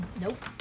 Nope